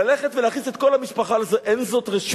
ללכת ולהכניס את כל המשפחה לזה, אין זאת רשותנו.